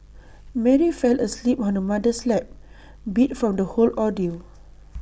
Mary fell asleep on her mother's lap beat from the whole ordeal